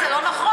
זה לא נכון.